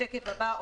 השקף הזה הוא